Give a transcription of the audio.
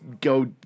go